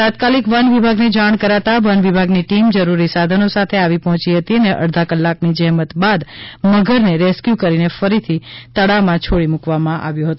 તાત્કાલિક વનવિભાગને જાણ કરાતા વનવિભાગની ટીમ જરૂરી સાધનો સાથે આવી પહોંચી હતી ને અડધી કલાકની જહેમત બાદ મગરને રેસ્ક્યુ કરીને ફરીથી તળાવમાં છોડી મૂકવામાં આવ્યો હતો